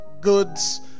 Goods